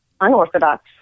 unorthodox